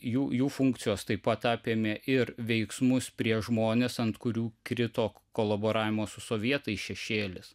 jų funkcijos taip pat apėmė ir veiksmus prieš žmones ant kurių krito kolaboravimo su sovietais šešėlis